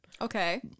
Okay